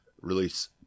release